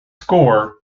score